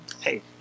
hey